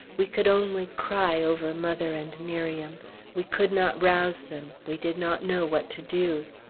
we could only cry over mother and miriam we could not rouse them we did not know what to do.